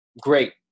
Great